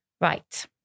Right